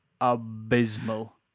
abysmal